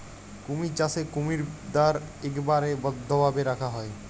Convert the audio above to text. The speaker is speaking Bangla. কুমির চাষে কুমিরদ্যার ইকবারে বদ্ধভাবে রাখা হ্যয়